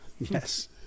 Yes